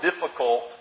difficult